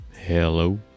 Hello